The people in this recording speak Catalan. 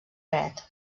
dret